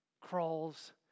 crawls